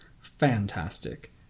fantastic